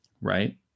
Right